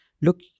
look